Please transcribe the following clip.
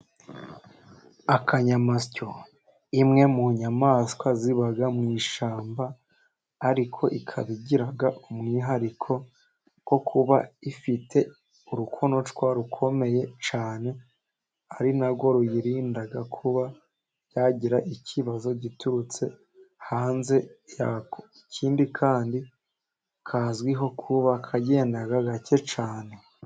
Akanyamasyo, imwe mu nyamaswa ziba mu ishyamba ariko ikaba igira umwihariko wo kuba ifite urukonoshwa rukomeye cyane ari narwo rukarinda kuba kagira ikibazo giturutse hanze. Ikindi kandi kazwiho kuba kagenda gake cyane.